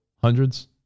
Hundreds